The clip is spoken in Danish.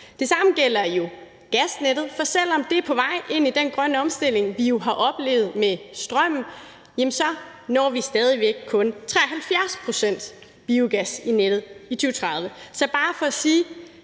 Det samme gælder jo gasnettet, for selv om det er på vej ind i den grønne omstilling, vi har oplevet med strømmen, når vi stadig væk kun 73 pct. biogas i nettet i 2030. Så det er bare for at sige,